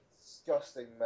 Disgusting